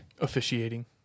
officiating